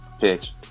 pitch